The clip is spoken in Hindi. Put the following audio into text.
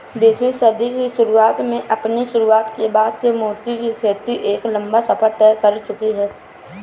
बीसवीं सदी की शुरुआत में अपनी शुरुआत के बाद से मोती की खेती एक लंबा सफर तय कर चुकी है